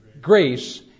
grace